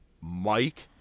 Mike